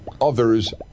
others